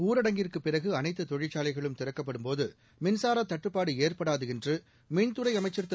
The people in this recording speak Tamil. ஊரடங்கிற்குப் பிறகு அனைத்து தொழிற்சாலைகளும் திறக்கப்படும் போது மின்சார தட்டுப்பாடு ஏற்படாது என்று மின்துறை அமைச்சா் திரு